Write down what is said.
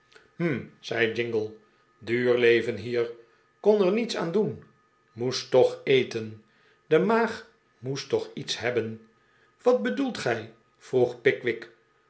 zei jingle duur leven hier kon er niets aan doen moest toch eten de maag moet toch lets hebben wat bedoelt gij vroeg pickwick